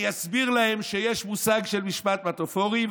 אני אסביר להם שיש מושג של משפט מטפורי.